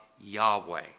Yahweh